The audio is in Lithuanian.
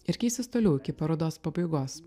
ir keisis toliau iki parodos pabaigos